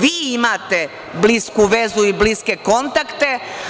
Vi imate blisku vezu i bliske kontakte.